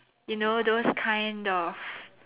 you know those kind of